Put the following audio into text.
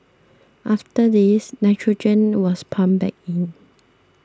after this nitrogen was pumped back in